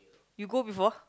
you go before